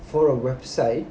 for a website